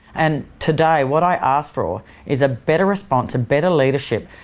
and today what i ask for is a better response, a better leadership.